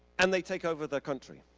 and they take over the country,